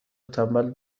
تنبل